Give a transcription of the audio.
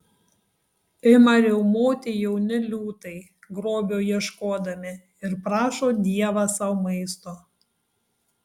ima riaumoti jauni liūtai grobio ieškodami ir prašo dievą sau maisto